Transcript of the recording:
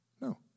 No